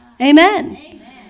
Amen